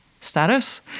status